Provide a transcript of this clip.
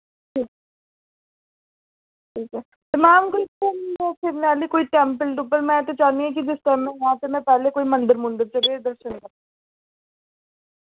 ठीक ऐ ठीक ऐ ते मैम कोई घुम्मने फिरने आह्ली कोई टैम्पल टुम्पल में ते चाह्न्नी आं कि जिस टाइम में आं में पैह्लें कोई मंदर मुंदर च के दर्शन करां